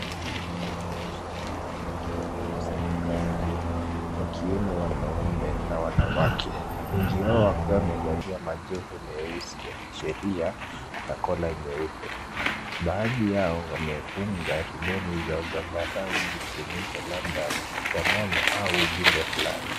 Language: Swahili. Kundi la wanasheria wakiwa wamekusanyika nje wakiwemo wanaume na wanawake wengi wao wakiwa wamevalia majoho meusi ya kisheria na kola nyeupe. Baadhi yao wamefunga riboni za zambarau zikionyesha labda mshikamano au ujumbe fulani.